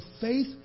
faith